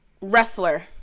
wrestler